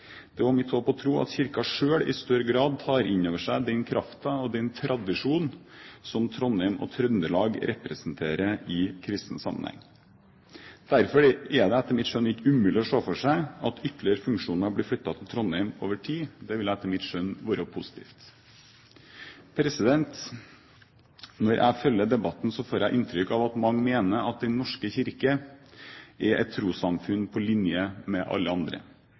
større grad tar inn over seg den kraften og den tradisjonen som Trondheim og Trøndelag representerer i kristen sammenheng. Derfor er det etter mitt skjønn ikke umulig å se for seg at ytterligere funksjoner blir flyttet til Trondheim over tid. Det ville etter mitt skjønn være positivt. Når jeg følger debatten, får jeg inntrykk av at mange mener at Den norske kirke er et trossamfunn på linje med alle andre.